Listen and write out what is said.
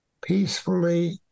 peacefully